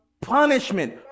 punishment